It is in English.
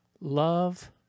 Love